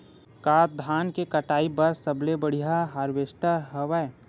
का धान के कटाई बर सबले बढ़िया हारवेस्टर हवय?